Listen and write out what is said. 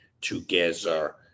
together